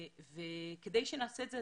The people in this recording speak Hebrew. כדי שנעשה את זה,